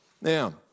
Now